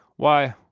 why,